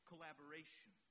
collaboration